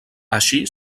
així